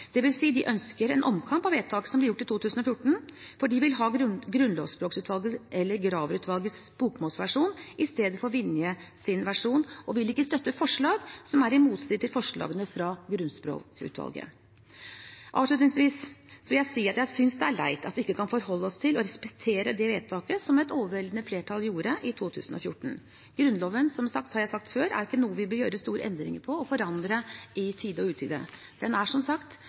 de ønsker en omkamp av vedtaket som ble gjort i 2014, for de vil ha Grunnlovsspråkutvalgets, eller Graver-utvalgets, bokmålsversjon i stedet for Vinjes versjon og vil ikke støtte forslag som er i motstrid til forslagene fra Grunnlovsspråkutvalget. Avslutningsvis vil jeg si at jeg synes det er leit at vi ikke kan forholde oss til og respektere det vedtaket som et overveldende flertall gjorde i 2014. Grunnloven er, som jeg har sagt før, ikke noe vi bør gjøre store endringer i og forandre i tide og utide. Den er, som sagt,